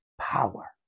power